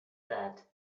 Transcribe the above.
that